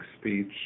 speech